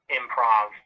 improv